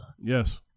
Yes